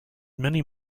many